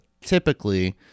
typically